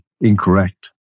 incorrect